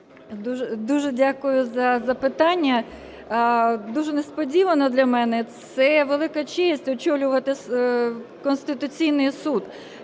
Дуже дякую за запитання. Дуже несподівано для мене. Це велика честь – очолювати Конституційний Суд,